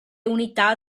unità